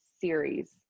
series